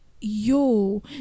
yo